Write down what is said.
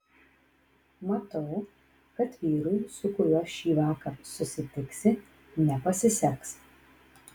matau kad vyrui su kuriuo šįvakar susitiksi nepasiseks